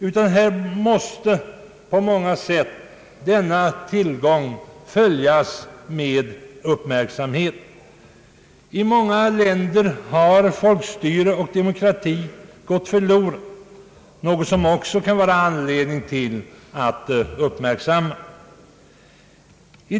Enligt vår mening måste denna tillgång på många sätt följas med uppmärksamhet. I många länder har folkstyre och demokrati gått förlorade, något som det också kan vara anledning att uppmärksamma.